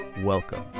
Welcome